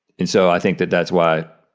and so i think that that's why